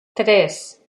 tres